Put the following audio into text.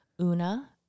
Una